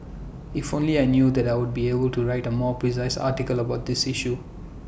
if only I knew that I would be able to write A more precise article about this issue